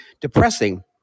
depressing